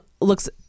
looks